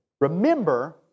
remember